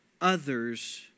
others